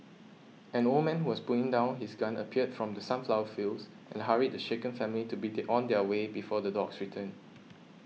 an old man who was putting down his gun appeared from the sunflower fields and hurried the shaken family to begin on their way before the dogs return